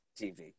TV